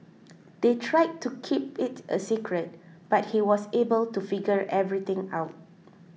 they tried to keep it a secret but he was able to figure everything out